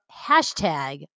hashtag